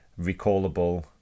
recallable